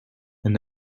and